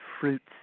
fruits